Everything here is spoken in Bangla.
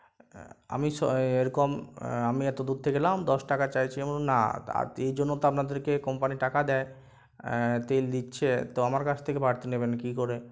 আমি স এরকম আমি এতো দূর থেকে এলাম দশ টাকা চাইছি আমি বললাম না এই জন্য আপনাদেরকে কোম্পানি টাকা দেয় তেল দিচ্ছে তো আমার কাছ থেকে বাড়তি নেবেন কী করে